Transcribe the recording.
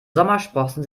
sommersprossen